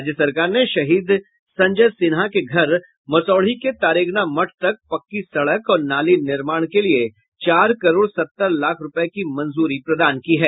राज्य सरकार ने शहीद संजय सिन्हा के घर मसौढ़ी के तारेगना मठ तक पक्की सड़क और नाली निर्माण के लिए चार करोड़ सत्तर लाख रूपये की मंजूरी प्रदान की है